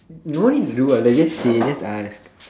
no need to do what lah just say just ask